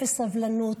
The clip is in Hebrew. אפס סובלנות.